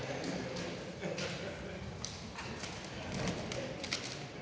Tak